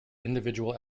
individual